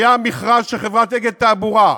היה מכרז של חברת "אגד תעבורה"